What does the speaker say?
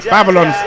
Babylon